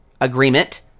agreement